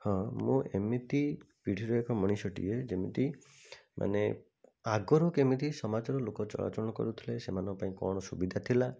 ହଁ ମୁଁ ଏମିତି ପିଢ଼ିର ଏକ ମଣିଷଟିଏ ଯେମିତି ମାନେ ଆଗରୁ କେମିତି ସମାଜର ଲୋକ ଚଳାଚଳ କରୁଥିଲେ ସେମାନଙ୍କ ପାଇଁ କ'ଣ ସୁବିଧା ଥିଲା